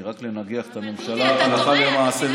היא רק לנגח את הממשלה הלכה למעשה.